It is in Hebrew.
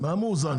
מה מאוזן?